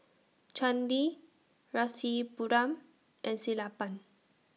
Chandi Rasipuram and Sellapan